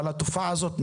אבל התופעה הזאת,